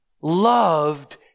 loved